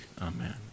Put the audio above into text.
Amen